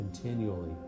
continually